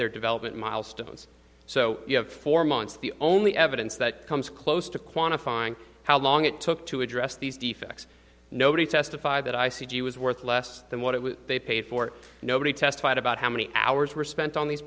their development milestones so you have four months the only evidence that comes close to quantifying how long it took to address these defects nobody testified that i c g was worth less than what it was they paid for nobody testified about how many hours were spent on these